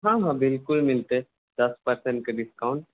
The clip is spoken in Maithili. हँ हँ बिल्कुल मिलतै दस परसेन्टके डिस्काउन्ट